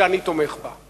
שאני תומך בה.